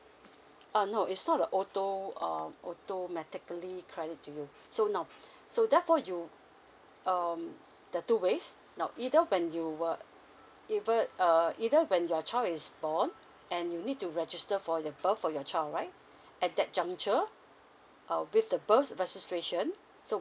uh no it's not a auto err automatically credit to you so now so therefore you um there are two ways now either when you were even err either when your child is born and you need to register for the birth of your child right at that juncture uh with the birth registration so